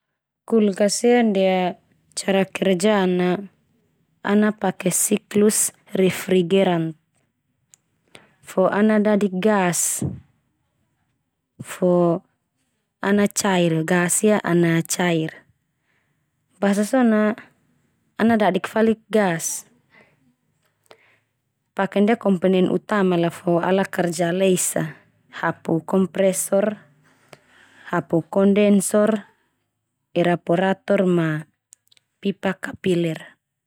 Kulkas ia ndia cara kerja na ana pake siklus refrigeran. Fo ana dadik gas, fo ana cair gas ia ana cair. Basa so na ana dadik falik gas. Pake ndia komponen utama la fo ala kerja la esa. Hapu kompresor, hapu kosndensor, eraporator, ma Pipa kapiler.